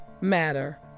matter